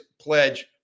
pledge